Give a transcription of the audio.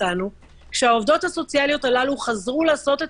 כשהעובדות הסוציאליות הללו חזרו לעשות את